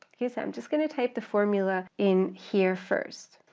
okay, so i'm just going to type the formula in here first.